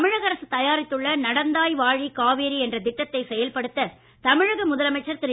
தமிழக அரசு தயாரித்துள்ள நடந்தாய் வாழி காவேரி என்ற திட்டத்தை செயல்படுத்த தமிழக முதலமைச்சர் திரு